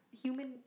Human